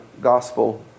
gospel